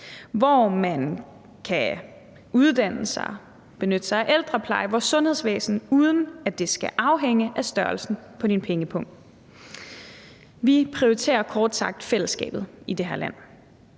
hvor man kan uddanne sig, benytte sig af ældrepleje og vores sundhedsvæsen, uden at det skal afhænge af størrelsen på ens pengepung. Vi prioriterer kort sagt fællesskabet i det her land.